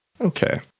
Okay